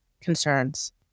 concerns